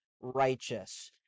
righteous